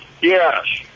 yes